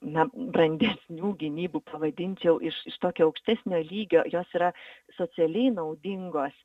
na brandesnių gynybų pavadinčiau iš iš tokio aukštesnio lygio jos yra socialiai naudingos